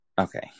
Okay